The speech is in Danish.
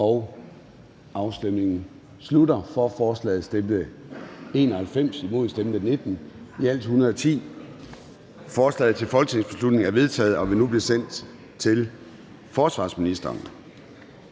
og NB), hverken for eller imod stemte 0. Forslaget til folketingsbeslutning er vedtaget og vil nu blive sendt til forsvarsministeren.